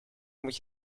moet